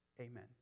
amen